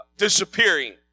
Disappearing